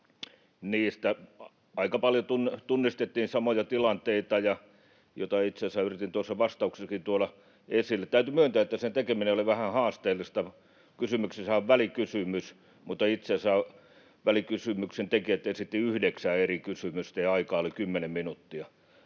Aika paljon tunnistettiin samoja tilanteita, joita itse asiassa yritin tuossa vastauksessakin tuoda esille. Täytyy myöntää, että sen tekeminen oli vähän haasteellista. Kysymyksessähän on välikysymys, mutta itse asiassa välikysymyksen tekijät esittivät yhdeksän eri kysymystä, ja aikaa oli 10 minuuttia.